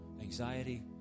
anxiety